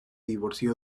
divorció